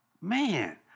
Man